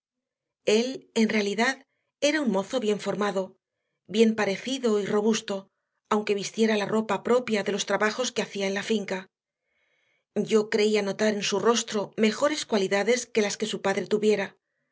él en realidad era un mozo bien formado bien parecido y robusto aunque vistiera la ropa propia de los trabajos que hacía en la finca yo creía notar en su rostro mejores cualidades que las que su padre tuviera